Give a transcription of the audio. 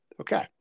Okay